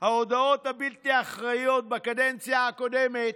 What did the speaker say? ההודעות הבלתי-אחראיות בקדנציה הקודמת,